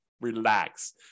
relax